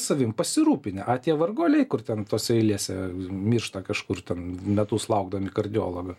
savim pasirūpinę a tie varguoliai kur ten tose eilėse miršta kažkur ten metus laukdami kardiologo